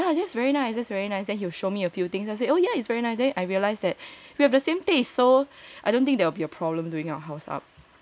so everything I show he's like yeah that's very nice just very nice then he'll show me a few things then I said oh yeah it's very nice then I realise that we have the same taste so I don't think there will be a problem doing our house up